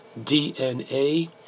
DNA